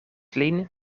lin